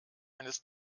eines